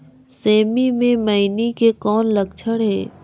सेमी मे मईनी के कौन लक्षण हे?